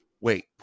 wait